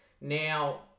Now